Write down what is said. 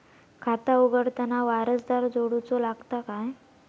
खाता उघडताना वारसदार जोडूचो लागता काय?